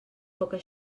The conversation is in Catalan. poca